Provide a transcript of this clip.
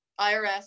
IRS